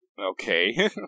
Okay